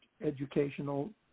educational